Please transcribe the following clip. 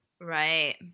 Right